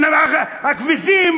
והכבשים,